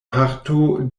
parto